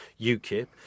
UKIP